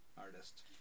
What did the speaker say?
artist